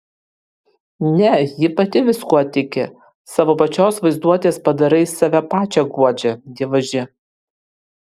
ne ji pati viskuo tiki savo pačios vaizduotės padarais save pačią guodžia dievaži